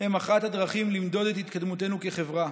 הן אחת הדרכים למדוד את התקדמותנו כחברה,